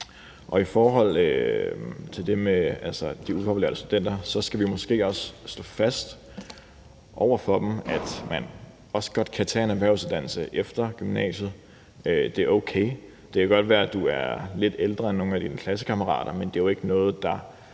I forhold til det med de ufaglærte studenter skal vi måske også slå fast over for dem, at man også godt kan tage en erhvervsuddannelse efter gymnasiet. Det er okay. Det kan godt være, at du er lidt ældre end nogle af dine klassekammerater, men det er jo ikke noget, der